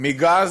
מגז